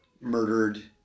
murdered